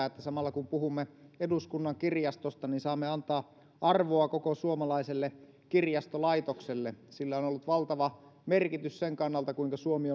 että samalla kun puhumme eduskunnan kirjastosta niin saamme antaa arvoa koko suomalaiselle kirjastolaitokselle sillä on on ollut valtava merkitys sen kannalta kuinka suomi